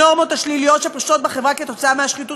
הנורמות השליליות שפושטות בחברה בעקבות השחיתות